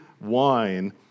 wine